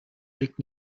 liegt